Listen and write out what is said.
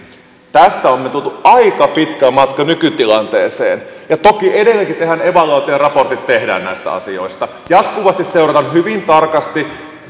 tästä olemme tulleet aika pitkän matkan nykytilanteeseen toki edelleenkin tehdään evaluointia ja raportit tehdään näistä asioista jatkuvasti seurataan hyvin tarkasti